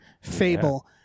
fable